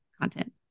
content